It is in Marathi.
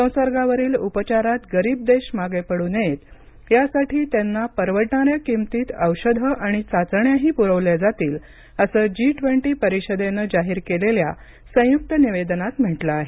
संसार्गावरील उपचारात गरीब देश मागे पडू नयेत यासाठी त्यांना परवडणाऱ्या किमतीत औषधं आणि चाचण्याही पुरवल्या जातील असं जी ट्वेंटी परिषदेने जाहीर केलेल्या संयुक्त निवेदनात म्हटलं आहे